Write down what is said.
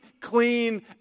clean